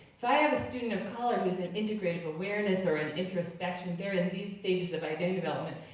so i have a student of color who's in integrative awareness or in introspection, they're in these stages of identity development.